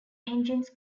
engines